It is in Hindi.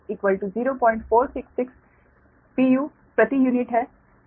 यह 60128660466 pu प्रति यूनिट है